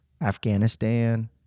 Afghanistan